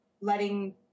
letting